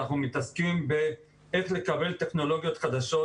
אנחנו מתעסקים באיך לקבל טכנולוגיות חדשות.